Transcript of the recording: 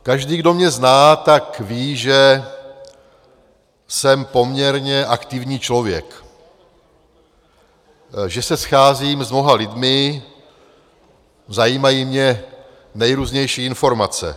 Každý, kdo mě zná, tak ví, že jsem poměrně aktivní člověk, že se scházím s mnoha lidmi, zajímají mě nejrůznější informace.